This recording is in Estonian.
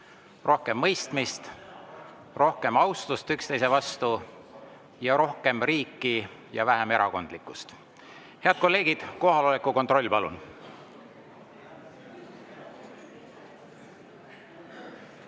rohkem mõistmist, rohkem austust üksteise vastu ja rohkem riiki ja vähem erakondlikkust. Head kolleegid, kohaloleku kontroll, palun!